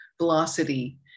velocity